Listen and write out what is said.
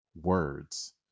words